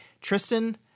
Tristan